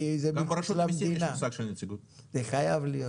זה חייב להיות.